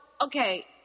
okay